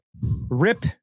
Rip